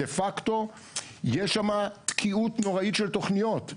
דה פקטו יש שם תקיעות נוראית של תוכניות.